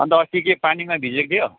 अनि त अस्ति के पानीमा भिजेको थियो